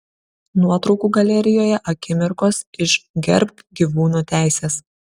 nuotraukų galerijoje akimirkos iš gerbk gyvūnų teises